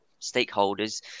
stakeholders